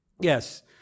Yes